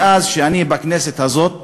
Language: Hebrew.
ומאז שאני בכנסת הזאת